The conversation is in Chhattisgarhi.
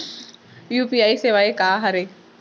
यू.पी.आई सेवा का हरे?